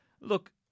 Look